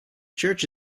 church